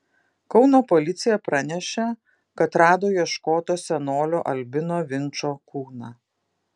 kauno policija pranešė kad rado ieškoto senolio albino vinčo kūną